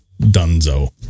dunzo